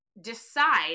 decide